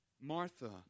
Martha